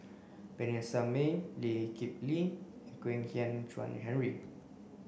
Vanessa Mae Lee Kip Lee and Kwek Hian Chuan Henry